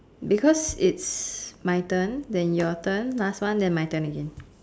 because it's my turn then your turn last one then my turn again